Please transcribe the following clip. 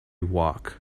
walk